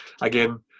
again